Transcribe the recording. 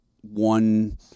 one